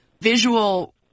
visual